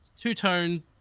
two-tone